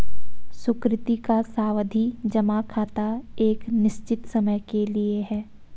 सुकृति का सावधि जमा खाता एक निश्चित समय के लिए है